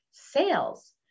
sales